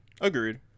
Agreed